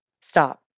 Stop